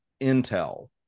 Intel